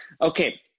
Okay